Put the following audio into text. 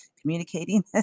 communicating